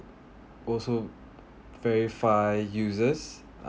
also verify users uh